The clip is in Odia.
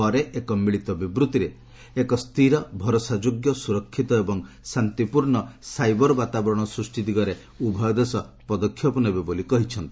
ପରେ ଏକ ମିଳିତ ବିବୃଭିରେ ଏକ ସ୍ଥିର ଭରସାଯୋଗ୍ୟ ସୁରକ୍ଷିତ ଏବଂ ଶାନ୍ତିପୂର୍ଣ୍ଣ ସାଇବର ବାତାବରଣ ସୃଷ୍ଟି ଦିଗରେ ଉଭୟ ଦେଶ ପଦକ୍ଷେପ ନେବେ ବୋଲି କହିଛନ୍ତି